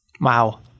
Wow